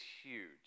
huge